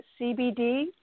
CBD